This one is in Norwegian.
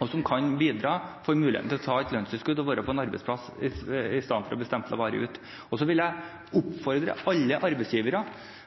og som kan bidra, får muligheten til å ta et lønnstilskudd og være på en arbeidsplass i stedet for å bli stemplet varig ut. Så vil jeg